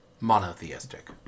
monotheistic